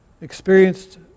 experienced